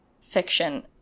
fiction